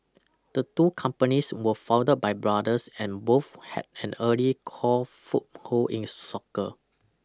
the two companies were founded by brothers and both had an early core foothold in soccer